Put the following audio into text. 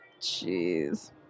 Jeez